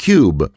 Cube